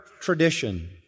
tradition